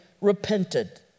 repented